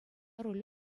руль